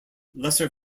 lesser